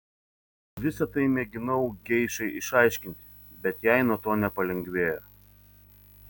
visa tai mėginau geišai išaiškinti bet jai nuo to nepalengvėjo